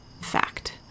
fact